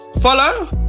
Follow